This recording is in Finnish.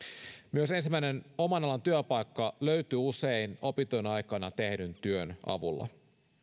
myös ensimmäinen oman alan työpaikka löytyy usein opintojen aikana tehdyn työn avulla olemme